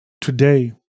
today